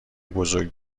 بزرگ